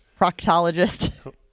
proctologist